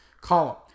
column